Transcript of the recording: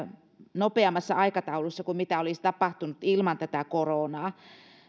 nopeammassa aikataulussa kuin mitä olisi tapahtunut ilman tätä koronaa